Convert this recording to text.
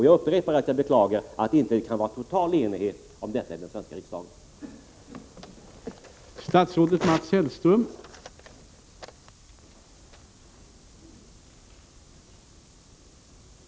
Jag upprepar att jag beklagar att det inte kan vara total enighet om detta i den svenska riksdagen.